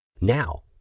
Now